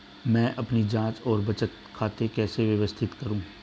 मैं अपनी जांच और बचत खाते कैसे व्यवस्थित करूँ?